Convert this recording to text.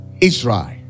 Israel